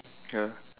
ya